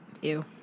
Ew